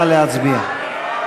נא להצביע.